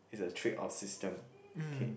is the trick of system okay